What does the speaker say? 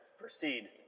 Proceed